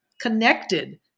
connected